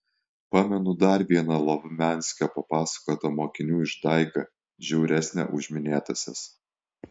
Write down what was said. pamenu dar vieną lovmianskio papasakotą mokinių išdaigą žiauresnę už minėtąsias